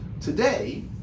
today